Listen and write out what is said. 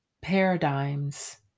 paradigms